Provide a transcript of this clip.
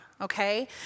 okay